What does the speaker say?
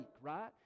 right